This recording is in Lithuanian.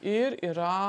ir yra